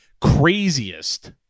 craziest